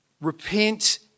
repent